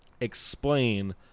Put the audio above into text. explain